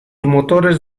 motores